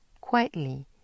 quietly